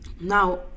Now